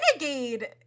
Renegade